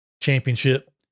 championship